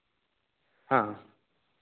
ᱦᱮᱸ